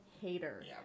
hater